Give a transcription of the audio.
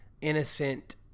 innocent